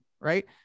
right